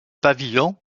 pavillons